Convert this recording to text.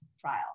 trial